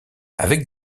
avec